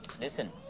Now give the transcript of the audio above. Listen